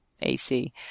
AC